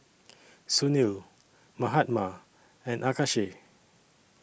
Sunil Mahatma and Akshay